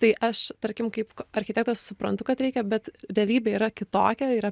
tai aš tarkim kaip architektas suprantu kad reikia bet realybė yra kitokia yra